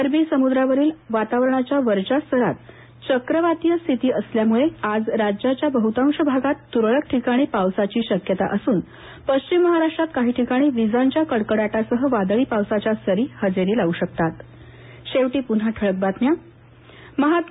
अरबी समुद्रावरील वातावरणाच्या वरच्या स्तरात चक्रवातीय स्थिती असल्यामुळे आज राज्याच्या बह्तांश भागात त्रळक ठिकाणी पावसाची शक्यता असून पश्चिम महाराष्ट्रात काही ठिकाणी विजांच्या कडकडाटासह वादळी पावसाच्या सरी हजेरी लावू शकतात